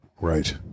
right